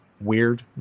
weird